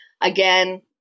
again